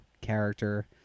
character